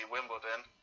Wimbledon